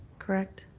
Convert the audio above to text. correct.